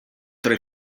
tre